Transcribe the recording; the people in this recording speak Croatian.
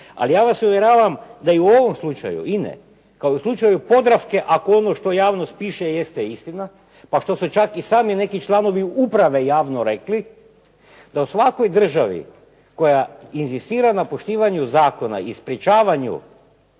Ja vas uvjeravam u ovom slučaju INA-e kao u slučaju Podravke ako ono što javnost piše je istina, pa što su čak i sami neki članovi uprave javno rekli, da svakoj državi koja inzistira na poštivanju zakona i sprečavanju